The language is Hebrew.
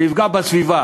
זה יפגע בסביבה.